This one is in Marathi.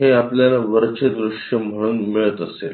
हे आपल्याला वरचे दृश्य म्हणून मिळत असेल